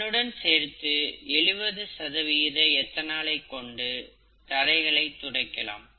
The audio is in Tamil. இதனுடன் சேர்த்து 70 சதவிகித எத்தனால் கொண்டு தரைகளை துடைக்கலாம்